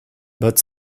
but